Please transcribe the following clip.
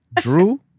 Drew